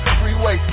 freeway